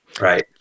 right